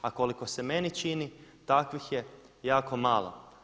A koliko se meni čini takvih je jako malo.